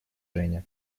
женя